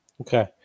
Okay